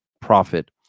profit